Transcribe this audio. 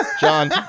John